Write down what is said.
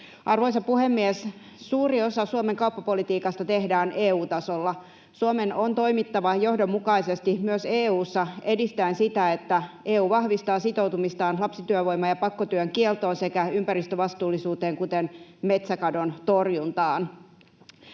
Arvoisa puhemies! Suuri osa Suomen kauppapolitiikasta tehdään EU-tasolla. Suomen on toimittava johdonmukaisesti myös EU:ssa edistäen sitä, että EU vahvistaa sitoutumistaan lapsityövoiman ja pakkotyön kieltoon sekä ympäristövastuullisuuteen, kuten metsäkadon torjuntaan.